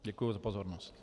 Děkuji za pozornost.